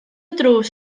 drws